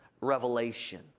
revelation